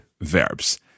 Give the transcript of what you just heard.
verbs